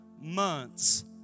months